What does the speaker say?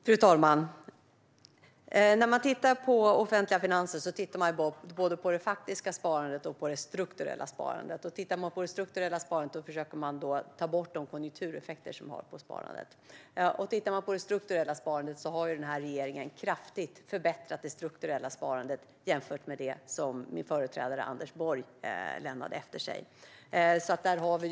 Fru talman! När man tittar på offentliga finanser tittar man både på det faktiska sparandet och på det strukturella sparandet. Tittar man på det strukturella sparandet försöker man ta bort konjunktureffekterna på sparandet. Den här regeringen har kraftigt förbättrat det strukturella sparandet jämfört med det som min företrädare Anders Borg lämnade efter sig.